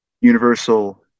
Universal